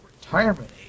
retirement